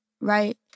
right